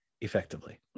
effectively